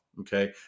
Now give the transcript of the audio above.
Okay